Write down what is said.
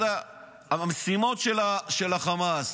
אחת המשימות של חמאס.